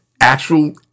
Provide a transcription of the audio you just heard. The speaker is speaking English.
actual